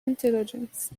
intelligence